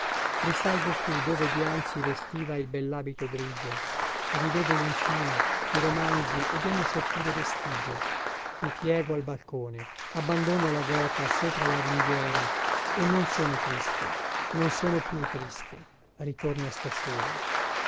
risalgo qui dove dianzi vestiva il bellabito grigio rivedo luncino i romanzi ed ogni sottile vestigio mi piego al balcone abbandono la gota sopra la ringhiera e non sono triste non sono più triste ritorna stasera